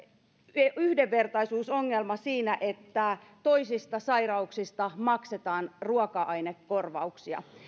yhdenvertaisuusongelma siinä että toisista sairauksista maksetaan ruoka ainekorvauksia